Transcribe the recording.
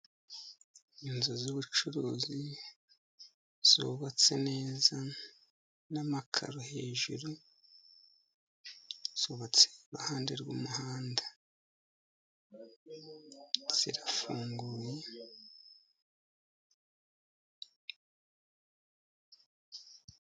Inzu z'ubucuruzi zubatse neza n'amakaro hejuru, zubatse iruhande rw'umuhanda, zirafunguye.